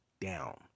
down